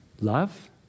Love